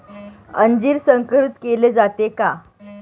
अंजीर संकरित केले जाते का?